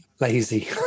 lazy